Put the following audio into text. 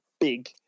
big